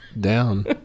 down